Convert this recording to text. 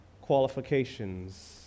qualifications